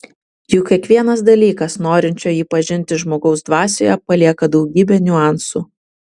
juk kiekvienas dalykas norinčio jį pažinti žmogaus dvasioje palieka daugybę niuansų